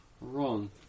wrong